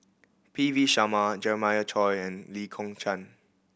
P V Sharma Jeremiah Choy and Lee Kong Chian